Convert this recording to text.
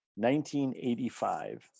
1985